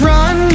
Run